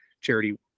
charity